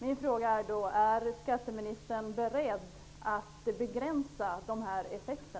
Min fråga är då: Är skatteministern beredd att begränsa dessa effekter?